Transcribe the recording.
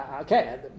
okay